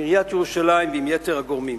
עם עיריית ירושלים ועם יתר הגורמים.